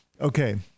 Okay